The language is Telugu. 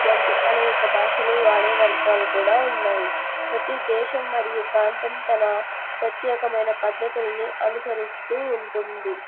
వంటి అనేక భాషలు వాడే వర్గాలు కూడా ఉన్నాయి ప్రతీ దేశం మరియు ప్రాంతం తన ప్రత్యేకమైన పద్ధతుల్ని అనుసరిస్తూ ఉంటుంది